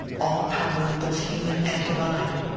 all power both human and divine.